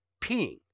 peeing